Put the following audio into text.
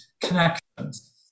connections